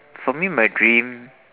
for me my dream